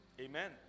Amen